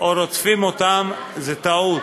או רודפים אותם, זה טעות,